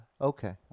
Okay